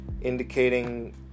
indicating